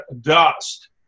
dust